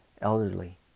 elderly